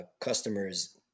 customers